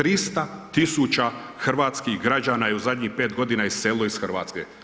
300 tisuća hrvatskih građana je u zadnjih 5 godina iselilo iz Hrvatske.